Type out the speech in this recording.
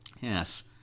yes